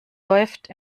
läuft